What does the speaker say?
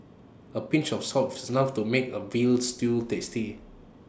A pinch of salt is enough to make A Veal Stew tasty